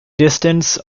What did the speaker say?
distance